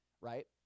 right